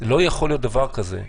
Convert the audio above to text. לא יכול להיות דבר כזה.